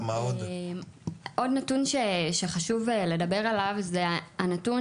עוד נתון שחשוב לדבר עליו זה הנתון